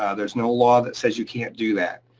ah there's no law that says, you can't do that.